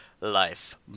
life